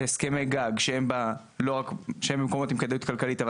הסכמי גג שהם במקומות עם כדאיות כלכליות אבל